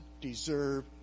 deserve